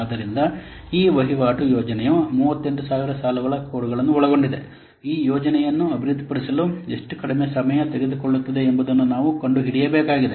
ಆದ್ದರಿಂದ ಈ ವಹಿವಾಟು ಯೋಜನೆಯು 38000 ಸಾಲುಗಳ ಕೋಡ್ಗಳನ್ನು ಒಳಗೊಂಡಿದೆ ಈ ಯೋಜನೆಯನ್ನು ಅಭಿವೃದ್ಧಿಪಡಿಸಲು ಎಷ್ಟು ಕಡಿಮೆ ಸಮಯ ತೆಗೆದುಕೊಳ್ಳುತ್ತದೆ ಎಂಬುದನ್ನು ನಾವು ಕಂಡುಹಿಡಿಯಬೇಕಾಗಿದೆ